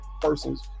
persons